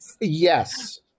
Yes